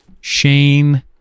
Shane